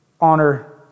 honor